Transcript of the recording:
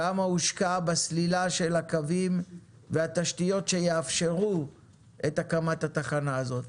כמה הושקע בסלילה של הקווים והתשתיות שיאפשרו את הקמת התחנה הזאת?